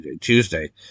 Tuesday